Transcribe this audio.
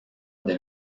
del